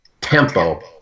tempo